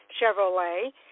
Chevrolet